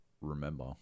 remember